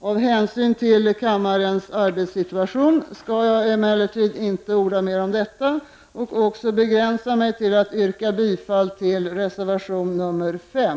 Av hänsyn till kammarens arbetssituation skall jag emellertid inte orda mer om detta och begränsa mig till att yrka bifall till reservation 5.